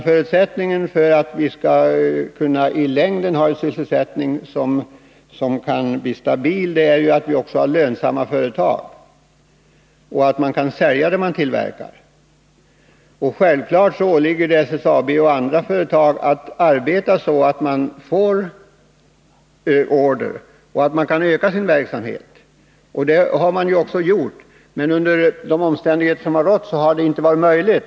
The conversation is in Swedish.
Förutsättningen för att vi i längden skall kunna ha en stabil sysselsättning är att vi har lönsamma företag som kan sälja det som tillverkas. Självfallet åligger det SSAB och andra företag att arbeta så att man får order och så att man kan utöka sin verksamhet. Det har man ju också gjort. Men under de omständigheter som har rått har det inte alltid varit möjligt.